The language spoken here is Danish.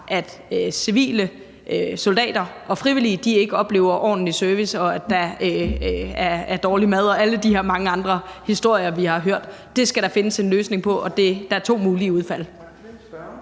at civile, soldater og frivillige ikke oplever ordentlig service, og at der er dårlig mad og alle de her mange andre historier, vi har hørt. Det skal der findes en løsning på, og der er to mulige udfald.